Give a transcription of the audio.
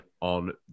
on